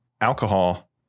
alcohol